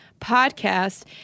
podcast